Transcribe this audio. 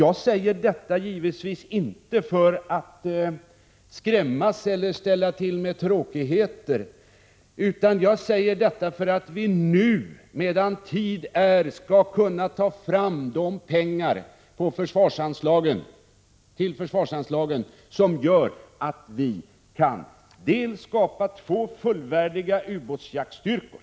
Jag säger givetvis inte detta för att skrämmas eller för att ställa till med tråkigheter utan för att vi nu, medan tid är, skall kunna ta fram de pengar till försvarsanslagen som gör att vi kan skapa två fullvärdiga ubåtsjaktsstyrkor.